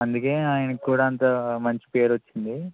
అందుకే ఆయనకి కూడా అంత మంచి పేరు వచ్చింది